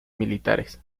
militares